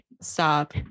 stop